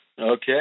Okay